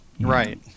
Right